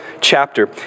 chapter